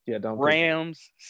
Rams